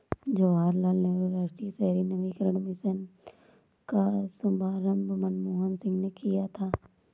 जवाहर लाल नेहरू राष्ट्रीय शहरी नवीकरण मिशन का शुभारम्भ मनमोहन सिंह ने किया था